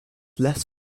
less